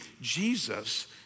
Jesus